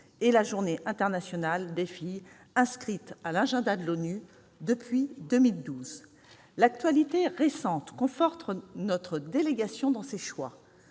et à la Journée internationale de la fille, inscrite à l'agenda de l'ONU depuis 2012. L'actualité récente conforte notre délégation dans ses choix